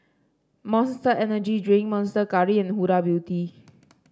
Monster Energy Drink Monster Curry and Huda Beauty